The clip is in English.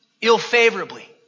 ill-favorably